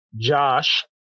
Josh